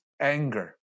anger